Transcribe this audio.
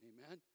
Amen